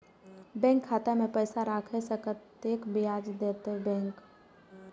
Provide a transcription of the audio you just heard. Bank खाता में पैसा राखे से कतेक ब्याज देते बैंक?